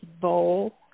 bowl